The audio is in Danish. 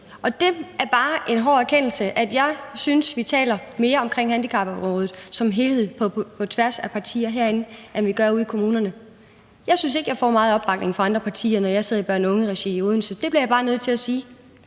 og det er bare en hård erkendelse – jeg synes, vi taler mere om handicapområdet som helhed på tværs af partier herinde, end vi gør ude i kommunerne. Jeg synes ikke, jeg får meget opbakning fra andre partier, når jeg sidder i børne- og ungeregi i Odense. Det bliver jeg bare nødt til at sige.